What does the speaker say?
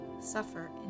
suffer